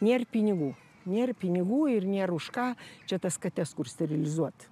nėr pinigų nėr pinigų ir nėra už ką čia tas kates kur sterilizuot